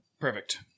Perfect